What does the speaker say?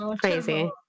crazy